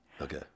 Okay